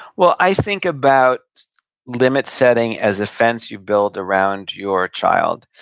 well, i think about limit setting as a fence you build around your child,